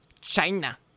China